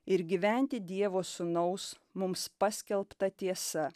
ir gyventi dievo sūnaus mums paskelbta tiesa